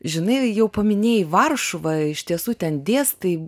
žinai jau paminėjai varšuvą iš tiesų ten dėstai